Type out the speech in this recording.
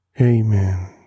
Amen